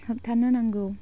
होबथानो नांगौ